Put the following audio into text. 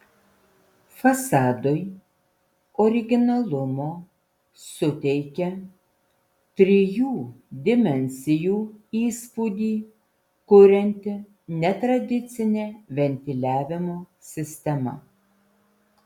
fasadui originalumo suteikia trijų dimensijų įspūdį kurianti netradicinė ventiliavimo sistema